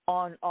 on